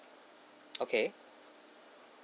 okay